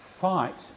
fight